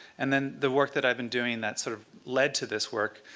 and then the work that i've been doing that sort of led to this work,